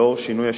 לאור שינוי השיטה.